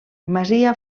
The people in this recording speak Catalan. masia